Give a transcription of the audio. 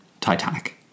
Titanic